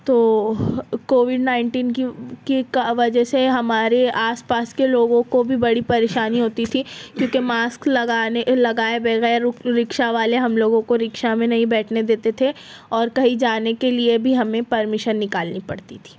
تو Covid nineteen کی کی کا وجہ سے ہمارے آس پاس کے لوگوں کو بھی بڑی پریشانی ہوتی تھی کیونکہ ماسک لگانے لگائے بغیر رکشہ والے ہم لوگوں کو رکشہ میں نہیں بیٹھنے دیتے تھے اور کہیں جانے کے لیے بھی ہمیں پرمیشن نکالنی پڑتی تھی